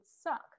suck